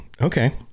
Okay